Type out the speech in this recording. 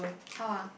how ah